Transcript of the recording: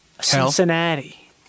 Cincinnati